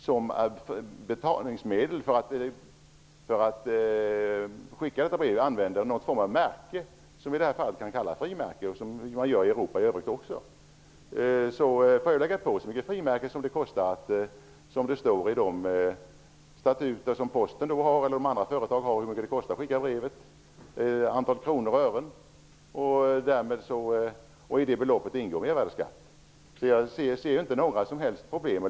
Som betalningsmedel för att skicka brev använder vi en form av märken, som i det här fallet kan kallas frimärken. De används också i det övriga Europa. Jag får sätta på så många frimärken som krävs för att skicka brevet enligt de statuter som Posten eller andra företag har ställt upp. I det beloppet ingår mervärdesskatt. Jag ser inte några som helst problem med detta.